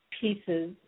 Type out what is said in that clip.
pieces